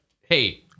hey